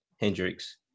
Hendrix